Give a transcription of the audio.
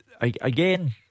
Again